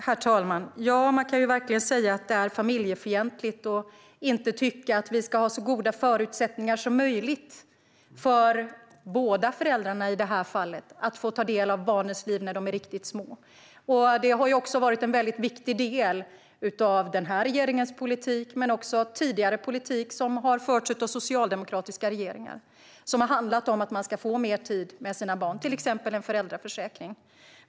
Herr talman! Det är verkligen familjefientligt att inte tycka att vi ska ha så goda förutsättningar som möjligt för i det här fallet båda föräldrarna att ta del av barnens liv när de är riktigt små. Det har också varit en viktig del av den här regeringens politik men också tidigare socialdemokratiska regeringars politik - att man ska få mer tid med sina barn, till exempel genom en föräldraförsäkring.